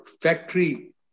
factory